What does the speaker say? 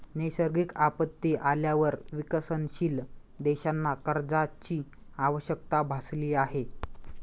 नैसर्गिक आपत्ती आल्यावर विकसनशील देशांना कर्जाची आवश्यकता भासली आहे